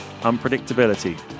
unpredictability